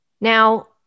Now